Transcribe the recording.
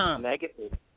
negative